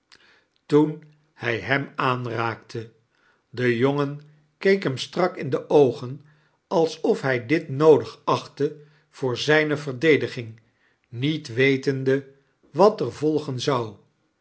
toen hij hem aanraakte de jongen keek hem strak in de oogen alsof hij dit noodig achtte voor zijne verdediging niet wetende wat er volgen zou